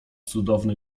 cudowny